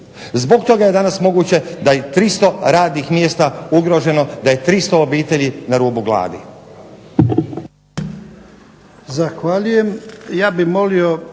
Zbog toga je danas moguće da je 300 radnih mjesta ugroženo, da je 300 obitelji na rubu gladi.